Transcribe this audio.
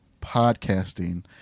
podcasting